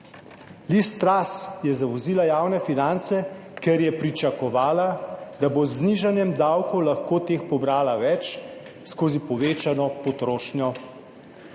Liz Truss je zavozila javne finance, ker je pričakovala, da bo z znižanjem davkov lahko teh pobrala več skozi povečano potrošnjo.